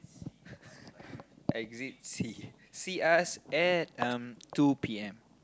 exit C see us at um two P_M